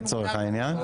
לצורך העניין.